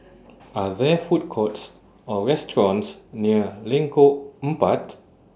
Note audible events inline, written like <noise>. <noise> Are There Food Courts Or restaurants near Lengkok Empat